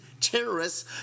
terrorists